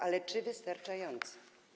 Ale czy wystarczające?